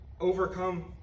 overcome